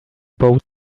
boat